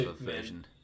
version